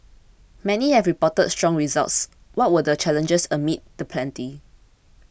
many have reported strong results what were the challenges amid the plenty